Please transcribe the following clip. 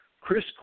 Chris